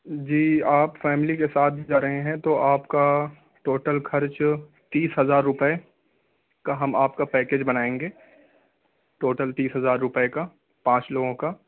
جی آپ فیملی کے ساتھ ہی جا رہے ہیں تو آپ کا ٹوٹل خرچ تیس ہزار روپے کا ہم آپ کا پیکج بنائیں گے ٹوٹل تیس ہزار روپے کا پانچ لوگوں کا